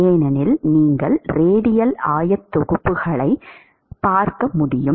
ஏனெனில் நீங்கள் ரேடியல் ஆயத்தொகுப்புகளை பார்க்க முடியும்